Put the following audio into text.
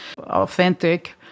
authentic